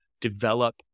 develop